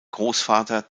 großvater